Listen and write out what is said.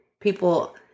people